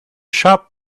shop